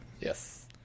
Yes